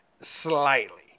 slightly